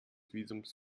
visums